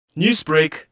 Newsbreak